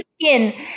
skin